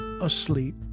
Asleep